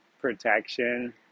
protection